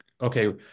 okay